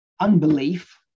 unbelief